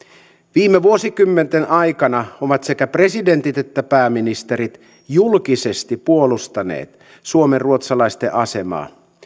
viime vuosikymmenten aikana ovat sekä presidentit että pääministerit julkisesti puolustaneet suomenruotsalaisten asemaa